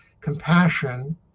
compassion